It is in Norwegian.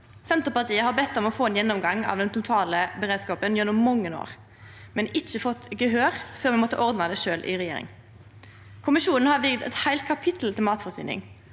Senterpartiet har i mange år bedt om å få ein gjennomgang av den totale beredskapen, men ikkje fått gehør før me måtte ordne det sjølve i regjering. Kommisjonen har vigt eit heilt kapittel til matforsyning